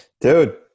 Dude